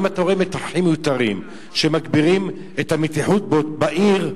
אם אתה רואה מתחים מיותרים שמגבירים את המתיחות בערים,